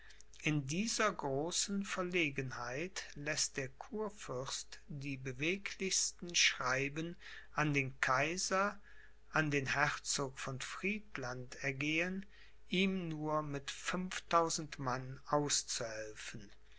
in dieser großen verlegenheit läßt der kurfürst die beweglichsten schreiben an den kaiser an den herzog von friedland ergehen ihm nur mit fünftausend mann